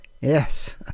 Yes